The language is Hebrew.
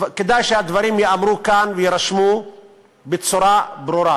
כדאי שהדברים ייאמרו כאן ויירשמו בצורה ברורה: